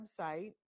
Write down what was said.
website